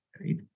right